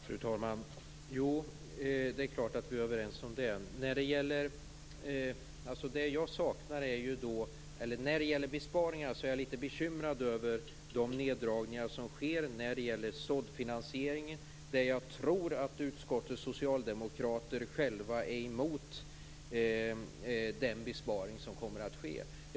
Fru talman! Det är klart att vi är överens om det. När det gäller besparingar är jag litet bekymrad över de neddragningar som sker när det gäller såddfinansieringen. Jag tror att utskottets socialdemokrater själva är emot den besparing som kommer att ske där.